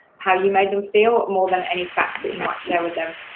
how you made them feel, more than any facts that you might share with them.